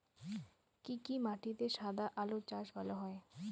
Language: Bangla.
কি কি মাটিতে সাদা আলু চাষ ভালো হয়?